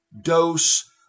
dose